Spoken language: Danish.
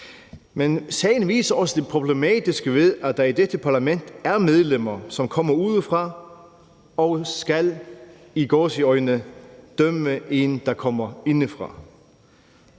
Men sagen viser også det problematiske ved, at der i dette parlament er medlemmer, som kommer udefra og skal – i gåseøjne – dømme en, der kommer indefra.